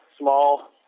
small